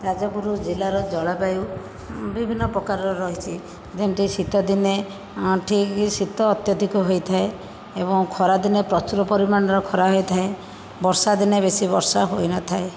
ଯାଜପୁର ଜିଲ୍ଲାର ଜଳବାୟୁ ବିଭିନ୍ନ ପ୍ରକାରର ରହିଛି ଯେମିତି ଶୀତଦିନେ ଠିକ୍ ଶୀତ ଅତ୍ୟଧିକ ହୋଇଥାଏ ଏବଂ ଖରାଦିନେ ପ୍ରଚୁର ପରିମାଣର ଖରା ହୋଇଥାଏ ବର୍ଷା ଦିନେ ବେଶୀ ବର୍ଷା ହୋଇନଥାଏ